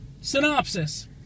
synopsis